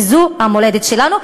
וזו המולדת שלנו,